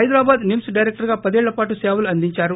Hyderabad NIMS డైరెక్షర్గా పదేళ్లపాటు సేవలు అందించారు